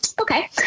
Okay